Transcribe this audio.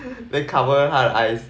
then cover 他的 eyes